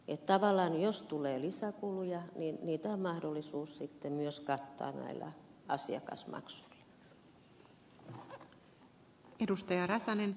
tavallaan jos tulee lisäkuluja niin niitä on mahdollisuus sitten myös kattaa näillä asiakasmaksuilla